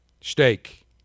steak